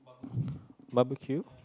barbeque